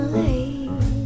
late